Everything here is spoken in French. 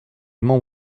leurs